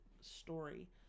story